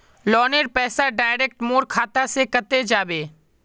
लोनेर पैसा डायरक मोर खाता से कते जाबे?